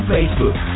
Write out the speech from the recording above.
Facebook